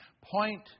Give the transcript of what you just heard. point